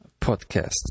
podcast